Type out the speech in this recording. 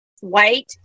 white